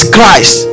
Christ